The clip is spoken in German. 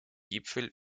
gipfel